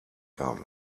gar